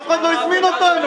לא ידענו עליכם.